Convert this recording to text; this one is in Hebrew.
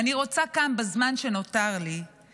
בזמן שנותר לי אני